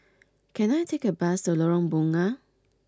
can I take a bus to Lorong Bunga